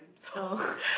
oh